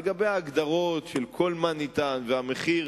לגבי ההגדרות של כל מה ניתן והמחיר,